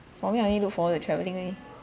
for me I only look forward to travelling only